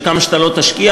וכמה שלא תשקיע,